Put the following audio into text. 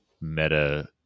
meta